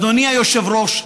אדוני היושב-ראש,